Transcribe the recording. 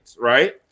right